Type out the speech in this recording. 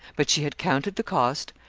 but she had counted the cost,